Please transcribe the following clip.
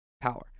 power